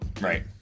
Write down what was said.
Right